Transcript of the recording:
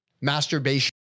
Masturbation